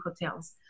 hotels